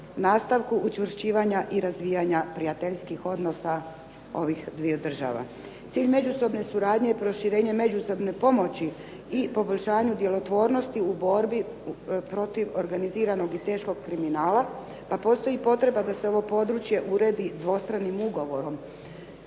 nastavku učvršćivanja i razvijanja prijateljskih odnosa ovih dviju država. Cilj međusobne suradnje i proširenje međusobne pomoći poboljšanju djelotvornosti u borbi protiv organiziranog i teškog kriminala, pa postoji potreba da se ovo područje uredi dvostranim ugovorom.